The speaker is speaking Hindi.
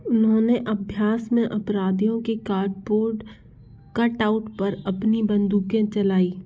उन्होंने अभ्यास में अपराधियों के काडबोर्ड कटआउट पर अपनी बन्दूक़ें चलाई